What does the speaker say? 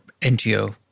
NGO